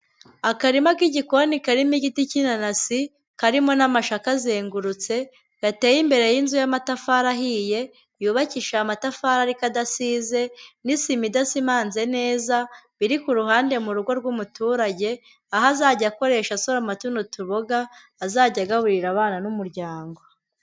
Akarima k'igikoni karimo igiti cy'inanasi karimo n'amashu akazengurutse, gateye imbere y'inzu y'amatafari ahiye, yubakishije amatafari ariko adasize n'isima idasimanze neza, biri ku ruhande mu rugo rw'umuturage, aho azajya akoresha asoroma tuno tuboga azajya agaburira abana n'umuryango.